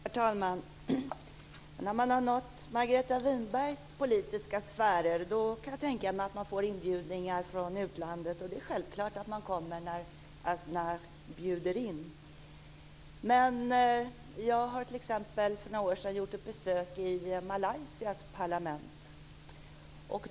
Herr talman! När man har nått Margareta Winbergs politiska sfärer då kan jag tänka mig att man får inbjudningar från utlandet. Det är självklart att man kommer när man bjuds in. Jag gjorde för några år sedan ett besök i Malaysias parlament.